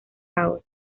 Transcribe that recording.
out